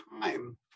time